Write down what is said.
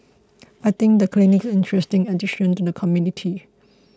I think the clinic is an interesting addition to the community